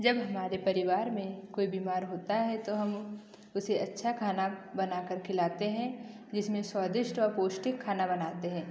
जब हमारे परिवार में कोई बीमार होता है तो हम उसे अच्छा खाना बना कर खिलाते हैं जिसमें स्वादिष्ट और पौष्टिक खाना बनाते हैं